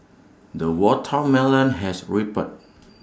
the watermelon has ripened